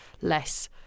less